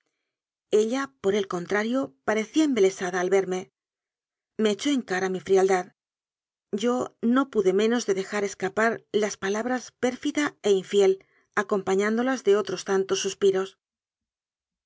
ella por el contrario parecía embele sada al verme me echó en cara mi frialdad yo no pude menos de dejar escapar las palabras pérfida e infiel acompañándolas de otros tantos suspiros